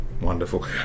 Wonderful